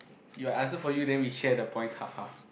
you I answer for you then we share the points half half